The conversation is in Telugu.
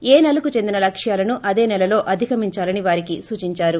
ఏ నెలకు చెందిన లక్ష్యాలను అదే నెలలో అధిగమించాలని వారికి సూచించారు